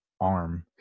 arm